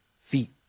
feet